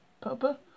Papa